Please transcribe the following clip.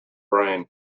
brain